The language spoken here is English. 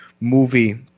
movie